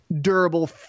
durable